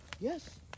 Yes